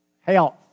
health